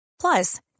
Plus